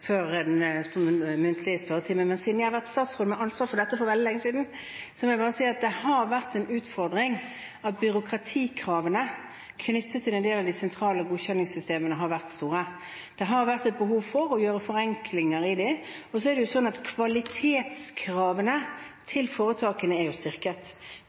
Men siden jeg har vært statsråd med ansvar for dette for veldig lenge siden, må jeg bare si at det har vært en utfordring at byråkratikravene knyttet til en del av de sentrale godkjenningssystemene har vært store. Det har vært et behov for å gjøre forenklinger i dem. Og kvalitetskravene til foretakene er styrket. Foretakene skal levere enda bedre på det,